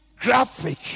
graphic